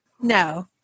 no